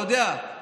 אתה יודע,